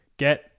Get